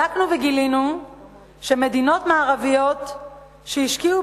בדקנו וגילינו שמדינות מערביות שהשקיעו